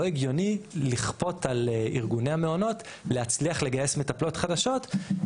לא הגיוני לכפות על ארגוני המעונות להצליח לגייס מטפלות חדשות.